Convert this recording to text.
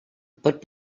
but